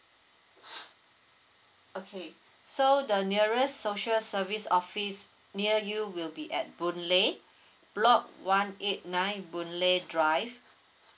okay so the nearest social service office near you will be at boon lay block one eight nine boon lay drive